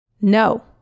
No